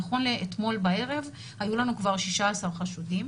נכון לאתמול בערב היו לנו כבר 16 חשודים,